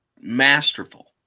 masterful